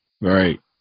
Right